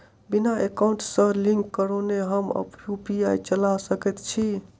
बिना एकाउंट सँ लिंक करौने हम यु.पी.आई चला सकैत छी?